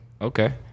okay